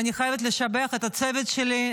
ואני חייבת לשבח את הצוות שלי,